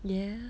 ya